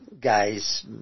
guys